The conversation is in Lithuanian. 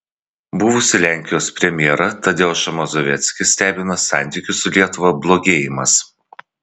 buvusį lenkijos premjerą tadeušą mazoveckį stebina santykių su lietuva blogėjimas